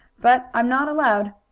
but i'm not allowed.